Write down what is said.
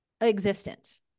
existence